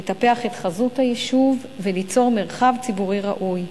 לטפח את חזות היישוב וליצור מרחב ציבורי ראוי,